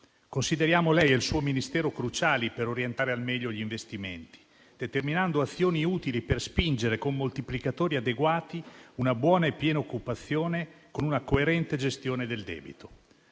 Consideriamo lei e il suo Ministero cruciali per orientare al meglio gli investimenti, determinando azioni utili per spingere con moltiplicatori adeguati una buona e piena occupazione con una coerente gestione del debito.